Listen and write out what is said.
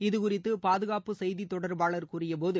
இது குறித்து பாதுகாப்பு செய்தி தொடர்பாளர் கூறியபோது